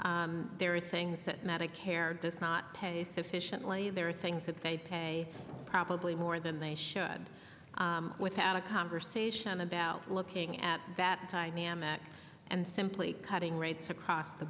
there are things that medicare does not pay sufficiently there are things that they pay probably more than they should without a conversation about looking at that time namak and simply cutting rates across the